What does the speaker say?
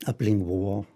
aplink buvo